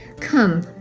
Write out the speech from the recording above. Come